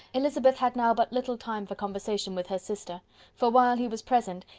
elizabeth had now but little time for conversation with her sister for while he was present,